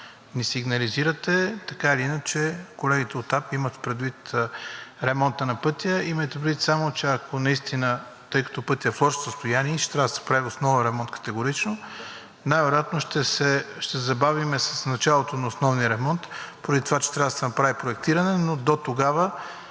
ни сигнализирате. Така или иначе колегите от АПИ имат предвид ремонта на пътя. Имайте предвид само, че ако наистина, тъй като пътят е в лошо състояние и ще трябва да се прави категорично основен ремонт, най-вероятно ще се забавим с началото на основния ремонт поради това, че трябва да се направи проектиране, но дотогава